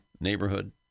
neighborhood